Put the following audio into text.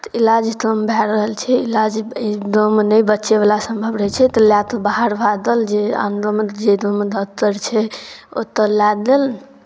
इलाज तम भए रहल छै इलाज एतदम नहि बचयवला सम्भव रहै छै तऽ लए तऽ बाहर भादल जे आब गाँवमे जे गाँवमे डॉक्टर छै ओतय लए देल